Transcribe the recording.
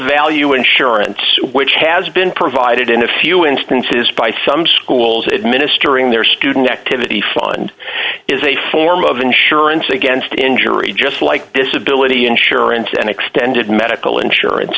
value insurance which has been provided in a few instances by some schools administering their student activity fund is a form of insurance against injury just like disability insurance and extended medical insurance